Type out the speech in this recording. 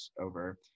over